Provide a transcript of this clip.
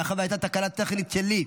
מאחר שהייתה תקלה טכנית שלי,